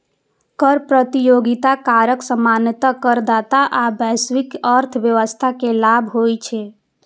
कर प्रतियोगिताक कारण सामान्यतः करदाता आ वैश्विक अर्थव्यवस्था कें लाभ होइ छै